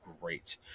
great